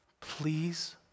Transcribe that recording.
please